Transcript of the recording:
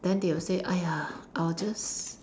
then they will say !aiya! I will just